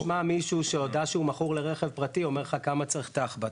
תשמע מישהו שהודה שהוא מכור לרכב פרטי אומר לך כמה צריך תחב"צ.